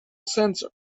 sensor